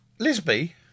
Lisby